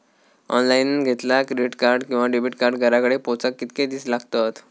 Online घेतला credit card किंवा debit card घराकडे पोचाक कितके दिस लागतत?